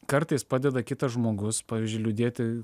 kartais padeda kitas žmogus pavyzdžiui liūdėti